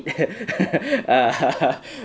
err